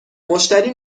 مشتری